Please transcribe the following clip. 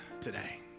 today